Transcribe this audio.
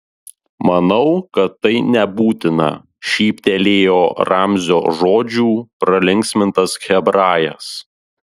manau kad tai nebūtina šyptelėjo ramzio žodžių pralinksmintas hebrajas